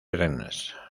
rennes